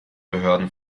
behörden